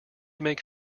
make